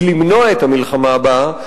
היא למנוע את המלחמה הבאה,